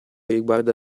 riguarda